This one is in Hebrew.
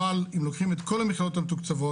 אבל אם לוקחים את כל המכללות המתוקצבות,